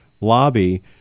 lobby